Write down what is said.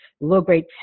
low-grade